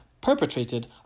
perpetrated